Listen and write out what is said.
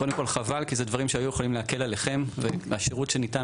פניות לוועדת החריגים לעניין שינויים